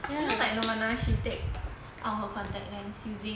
you know like nirvana she take out her contact lens using